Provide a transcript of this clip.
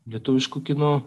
lietuvišku kinu